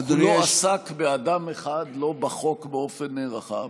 הוא כולו עסק באדם אחד, לא בחוק באופן רחב,